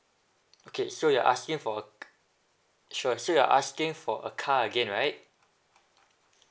okay so you're asking for sure so you're asking for a car again right